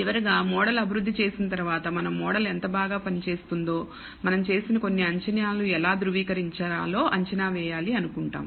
చివరగా మోడల్ అభివృద్ధి చేసిన తరువాత మనం మోడల్ ఎంత బాగా పనిచేస్తుందో మనం చేసిన కొన్ని అంచనాలు ఎలా ధృవీకరించాలో అంచనా వేయాలి అనుకుంటాం